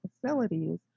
facilities